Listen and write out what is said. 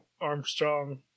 Armstrong